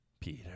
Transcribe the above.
Peter